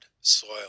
soil